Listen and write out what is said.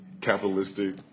capitalistic